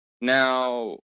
Now